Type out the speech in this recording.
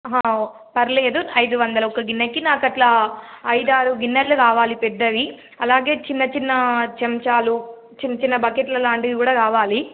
పర్లేదు ఐదు వందల ఒక గిన్నెకి నాకు అలా ఐదు ఆరు గిన్నెలు కావాలి పెద్దవి అలాగే చిన్న చిన్న చెంచాలు చిన్న చిన్న బకెట్ల లాంటివి కూడా కావాలి